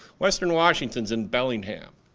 western washington's in bellingham.